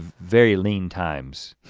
very lean times.